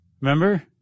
Remember